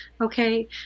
okay